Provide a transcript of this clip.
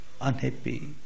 unhappy